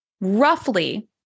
Roughly